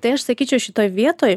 tai aš sakyčiau šitoj vietoj